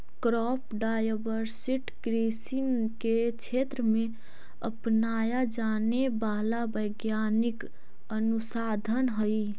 crop diversity कृषि के क्षेत्र में अपनाया जाने वाला वैज्ञानिक अनुसंधान हई